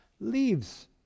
leaves